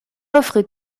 offre